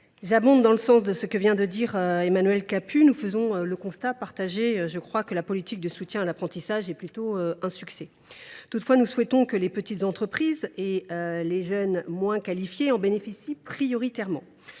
j’abonde dans le sens d’Emmanuel Capus : nous faisons le constat – partagé, me semble t il –, que la politique de soutien à l’apprentissage est plutôt un succès. Toutefois, nous souhaitons que les petites entreprises et les jeunes moins qualifiés en bénéficient prioritairement,